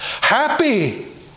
happy